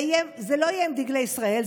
זה לא יהיה עם דגלי ישראל,